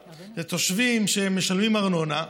אלה תושבים שמשלמים ארנונה,